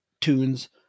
tunes